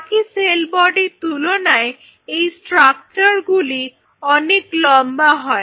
বাকি সেল বডির তুলনায় এই স্ট্রাকচার গুলি অনেক লম্বা হয়